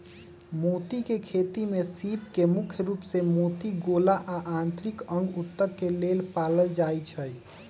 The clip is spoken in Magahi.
मोती के खेती में सीप के मुख्य रूप से मोती गोला आ आन्तरिक अंग उत्तक के लेल पालल जाई छई